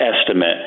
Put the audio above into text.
estimate